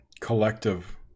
collective